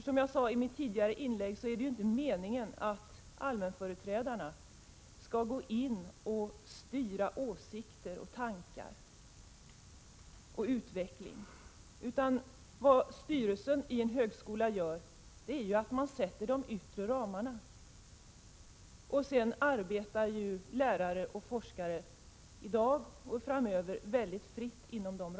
Som jag sade i mitt tidigare inlägg är det inte meningen att allmänföreträdarna skall styra åsikter, tankar och utveckling. En högskolas styrelse fastställer de yttre ramarna. Inom dessa arbetar lärare och forskare, i dag och framöver, mycket fritt.